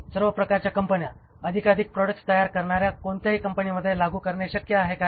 सर्व प्रकारच्या कंपन्या अधिकाधिक प्रॉडक्ट्स तयार करणार्या कोणत्याही कंपनीमध्ये लागू करणे शक्य आहे काय